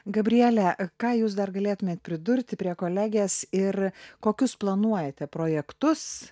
gabriele ką jūs dar galėtumėt pridurti prie kolegės ir kokius planuojate projektus